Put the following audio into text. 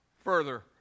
further